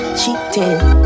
cheating